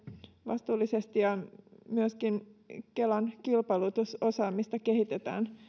vastuullisesti ja että myöskin kelan kilpailutusosaamista kehitetään